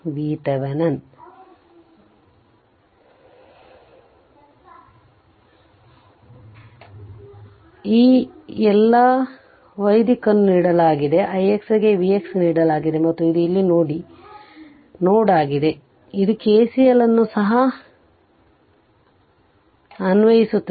ಆದ್ದರಿಂದ ಈ ಎಲ್ಲಾ y ದಿಕ್ಕನ್ನು ನೀಡಲಾಗಿದೆ ix ಗೆ Vx ನೀಡಲಾಗಿದೆ ಮತ್ತು ಇದು ಇಲ್ಲಿ ನೋಡ್ ಆಗಿದೆ ಇದು KCL ಅನ್ನು ಸಹ ಅನ್ವಯಿಸುತ್ತದೆ